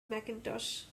macintosh